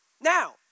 Now